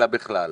אלא בכלל,